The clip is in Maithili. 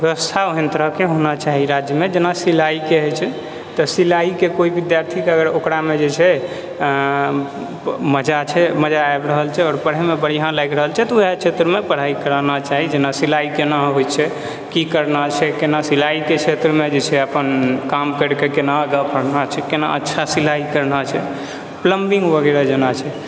व्यवस्था ओहन तरहके होना चाही राज्यमे जेना सिलाईके जे छै तऽ सिलाईके कोइ विद्यार्थीके अगर ओकरामे जे छै मजा छै मजा आबि रहल छै आओर पढैमे बढ़िआँ लागि रहल छै तऽ वएह क्षेत्रमे पढाइ कराना चाही जेना सिलाई कोना होइ छै की करना छै केना सिलाईके क्षेत्रमे जे छै अपन काम कैरके केना आगाँ बढ़ना छै केना अच्छा सिलाई करना छै पलम्बिंग वगैरह जेना छै